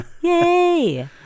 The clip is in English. Yay